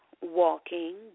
walking